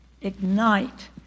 ignite